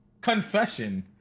Confession